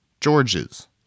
Georges